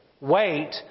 wait